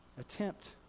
Attempt